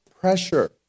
pressure